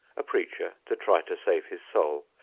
a preacher to try to save his soul,